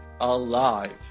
alive